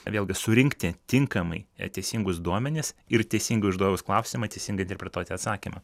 vėlgi surinkti tinkamai teisingus duomenis ir teisingai uždavus klausimą teisingai interpretuoti atsakymą